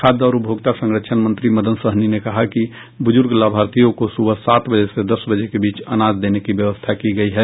खाद्य और उपभोक्ता संरक्षण मंत्री मदन सहनी ने कहा कि बुज़ुर्ग लाभार्थियों को सुबह सात से दस बजे के बीच अनाज देने की व्यवस्था की गयी है